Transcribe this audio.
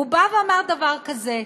והוא בא ואמר דבר כזה: